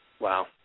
Wow